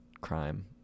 crime